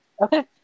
Okay